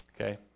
Okay